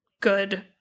good